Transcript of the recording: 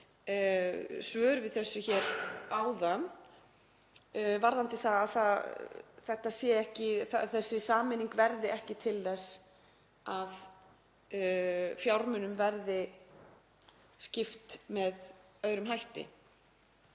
skýrari svör áðan varðandi það að þessi sameining verði ekki til þess að fjármunum verði skipt með öðrum hætti.